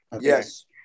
Yes